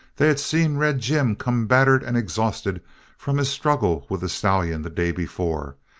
they had seen red jim come battered and exhausted from his struggle with the stallion the day before,